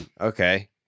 Okay